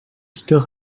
still